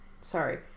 sorry